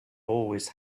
always